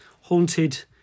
haunted